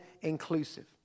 inclusive